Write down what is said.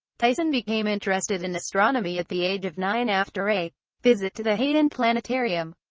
tyson became interested in astronomy at the age of nine after a visit to the hayden planetarium.